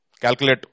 Calculate